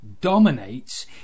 dominates